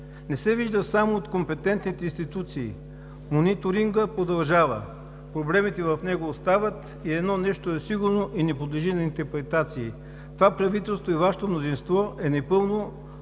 не се вижда само от компетентните институции. Мониторингът продължава, проблемите в него остават и едно нещо е сигурно и не подлежи на интерпретации – това правителство и Вашето мнозинство е напълно